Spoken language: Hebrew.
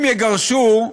אם יגרשו,